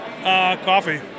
coffee